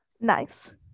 Nice